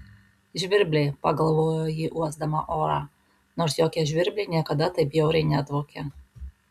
žvirbliai pagalvojo ji uosdama orą nors jokie žvirbliai niekada taip bjauriai nedvokė